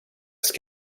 ska